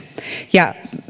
ja